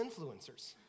influencers